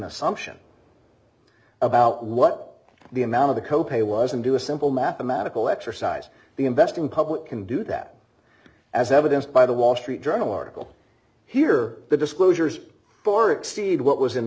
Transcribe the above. assumption about what the amount of the co pay was and do a simple mathematical exercise the investing public can do that as evidenced by the wall street journal article here the disclosures far exceed what was in